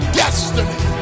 destiny